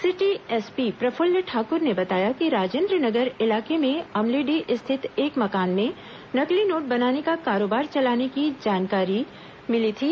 city SP Praphull Thakur ने बताया कि राजेन्द्र नगर इलाके में अमलीडीह स्थित एक मकान में नकली नोट बनाने का कारोबार चलाने की जानकारी मिली थी